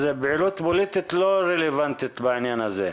אז פעילות פוליטית לא רלוונטית בעניין הזה.